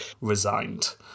resigned